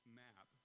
map